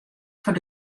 foar